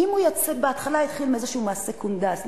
כי אם הוא בהתחלה - התחיל באיזה מעשה קונדס,